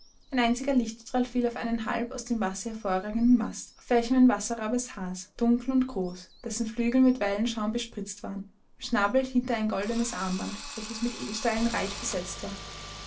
ein einziger lichtstrahl fiel auf einen halb aus dem wasser hervorragenden mast auf welchem ein wasserrabe saß dunkel und groß dessen flügel mit wellenschaum bespritzt waren im schnabel hielt er ein goldenes armband welches mit edelsteinen reich besetzt war